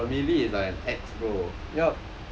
no the melee is like an axe bro